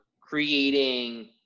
creating